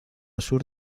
sur